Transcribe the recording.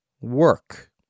work